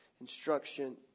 instruction